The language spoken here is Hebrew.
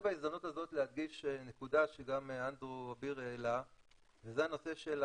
בהזדמנות הזאת נקודה שגם אנדרו אביר העלה וזה הנושא של